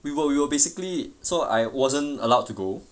we were we were basically so I wasn't allowed to go